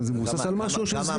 אם זה מבוסס על משהו או שזה סתם.